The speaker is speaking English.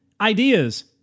ideas